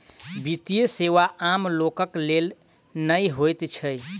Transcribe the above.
वित्तीय सेवा आम लोकक लेल नै होइत छै